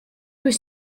was